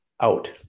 out